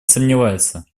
сомневается